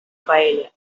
paella